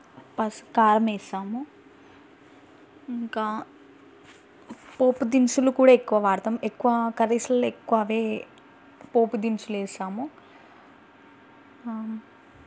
plus కారం వేస్తాము ఇంకా పోపు దినుసులు కూడా ఎక్కువ వాడతాము ఎక్కువ కర్రీస్లో ఎక్కువ అవే పోపు దినుసులు వేస్తాము